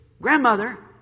grandmother